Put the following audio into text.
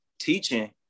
teaching